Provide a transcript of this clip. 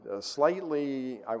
slightly